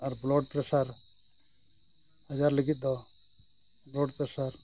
ᱟᱨ ᱟᱡᱟᱨ ᱞᱟᱹᱜᱤᱫ ᱫᱚ